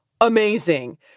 amazing